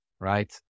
right